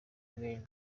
again